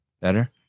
Better